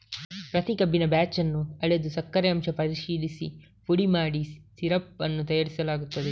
ಪ್ರತಿ ಕಬ್ಬಿನ ಬ್ಯಾಚ್ ಅನ್ನು ಅಳೆದು ಸಕ್ಕರೆ ಅಂಶ ಪರಿಶೀಲಿಸಿ ಪುಡಿ ಮಾಡಿ ಸಿರಪ್ ಅನ್ನು ತಯಾರಿಸುತ್ತಾರೆ